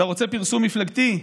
אתה רוצה פרסום מפלגתי?